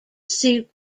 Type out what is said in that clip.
suit